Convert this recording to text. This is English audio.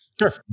Sure